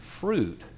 fruit